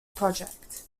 project